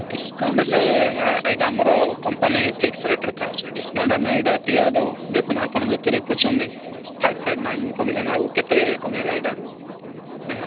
discount ହେଲେ ଏଇଟା ଆମର କମ୍ପାନୀ ଫିକ୍ସ ରେଟରେ ଥାଉଛି ଡିସ୍କାଉଣ୍ଟ ଆମେ ଏଇଟା ଏତିକି ଦେଖନ୍ତୁ ଆପଣ ଯେତେରେ ଖୋଜୁଛନ୍ତି ଫାଇଭ ଫାଇଭ୍ ନାଇନ କମିଲାଣି ଆଉ କେତେ କମେଇବା ଏଇଟା ଦେଖ